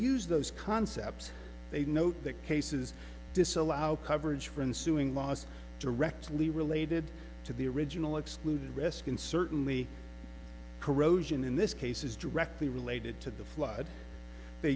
use those concepts they note that cases disallow coverage for ensuing loss directly related to the original excluded risk and certainly corrosion in this case is directly related to the flood they